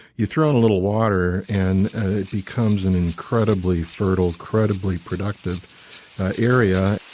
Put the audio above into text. you throw in a little water and it becomes an incredibly fertile, incredibly productive area.